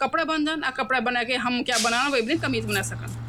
कोटलू बहुत जना राण |